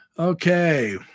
Okay